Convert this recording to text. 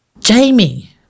Jamie